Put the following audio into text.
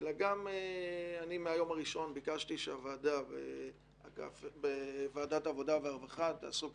אלא גם אני ביקשתי שוועדת העבודה והרווחה תעסוק